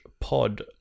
pod